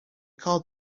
called